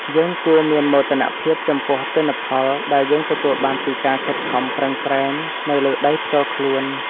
យើងគួរមានមោទនភាពចំពោះទិន្នផលដែលយើងទទួលបានពីការខិតខំប្រឹងប្រែងនៅលើដីផ្ទាល់ខ្លួន។